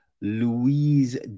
Louise